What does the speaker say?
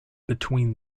between